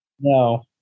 No